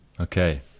Okay